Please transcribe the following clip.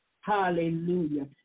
Hallelujah